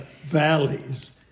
valleys